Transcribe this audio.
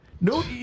No